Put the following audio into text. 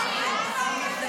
תצביע.